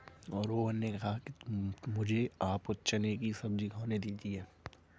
रोहन ने कहा कि मुझें आप चने की सब्जी खाने दीजिए